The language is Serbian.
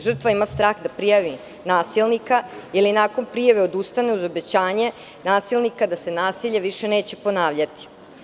Žrtva ima strah da prijavi nasilnika ili nakon prijave odustane uz obećanje nasilnika da se nasilje više neće ponavljati.